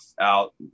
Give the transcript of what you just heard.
out